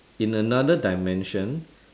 in another dimension